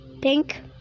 pink